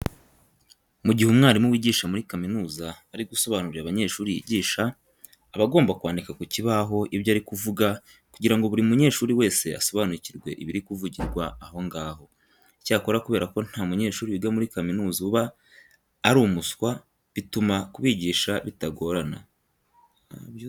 Mu gihe umwarimu wigisha muri kaminuza ari gusobanurira abanyeshuri yigisha, aba agomba kwandika ku kibaho ibyo ari kuvuga kugira ngo buri munyeshuri wese asobanukirwe ibiri kuvugirwa aho ngaho. Icyakora kubera ko nta munyeshuri wiga muri kaminuza uba ri umuswa, bituma kubigisha bitagorana.